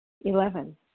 Eleven